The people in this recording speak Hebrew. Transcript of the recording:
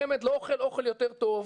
התלמיד בחמ"ד לא אוכל מזון יותר טוב,